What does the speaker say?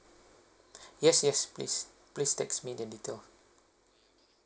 yes yes please please text me the detail